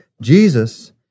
Jesus